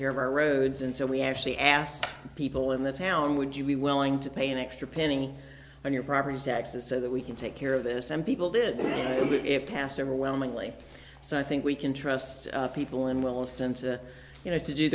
care of our roads and so we actually we asked people in the town would you be willing to pay an extra penny on your property taxes so that we can take care of this and people did and it passed overwhelmingly so i think we can trust people in wellston you know to do